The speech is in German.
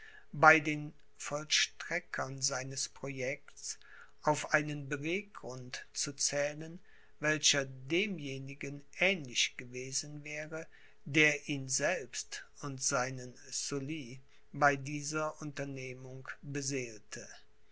bei den vollstreckern seines projekts auf einen beweggrund zu zählen welcher demjenigen ähnlich gewesen wäre der ihn selbst und seinen sully bei dieser unternehmung beseelte